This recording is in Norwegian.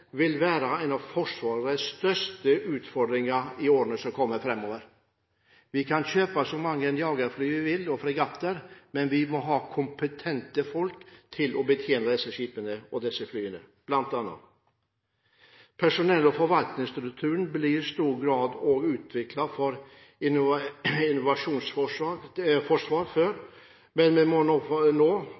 vil være en av Forsvarets største utfordringer i årene framover. Vi kan kjøpe så mange jagerfly og fregatter som vi vil, men vi må ha kompetente folk til å betjene disse flyene og skipene, bl.a. Personell- og forvaltningsstrukturen ble i stor grad utviklet for et invasjonsforsvar før, men vi må nå